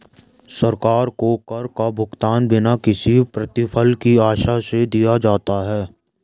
सरकार को कर का भुगतान बिना किसी प्रतिफल की आशा से दिया जाता है